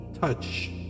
touch